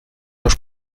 los